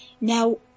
Now